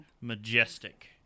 Majestic